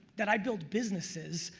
that i built businesses.